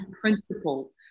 principle